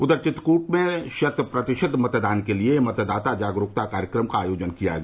उधर चित्रकूट में शत प्रतिशत मतदान के लिये मतदाता जागरूकता कार्यक्रम का आयोजन किया गया